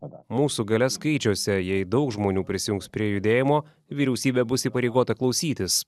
mūsų galia skaičiuose jai daug žmonių prisijungs prie judėjimo vyriausybė bus įpareigota klausytis